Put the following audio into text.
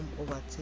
overtake